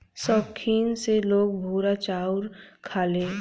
सौखीन से लोग भूरा चाउर खाले